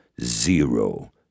zero